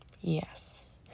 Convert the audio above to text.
Yes